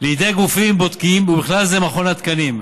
לידי גופים בודקים, ובכלל זה מכון התקנים.